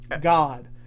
God